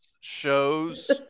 shows